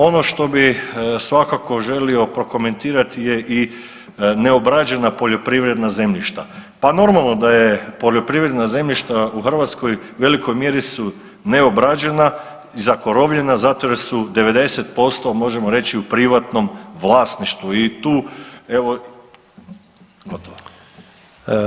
Ono što bih svakako želio prokomentirati je i neobrađena poljoprivredna zemljišta, pa normalno da je poljoprivredna zemljišta u Hrvatskoj u velikoj mjeri su ne obrađena, zakorovljena zato jer su 90% možemo reći u privatnom vlasništvu i tu evo, gotovo.